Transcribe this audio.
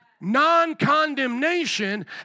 non-condemnation